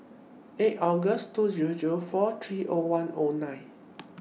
eight August two Zero Zero four three O one O nine